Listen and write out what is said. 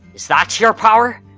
is that your power?